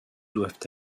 doivent